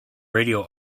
radio